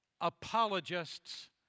apologists